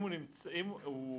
אם הוא